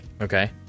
Okay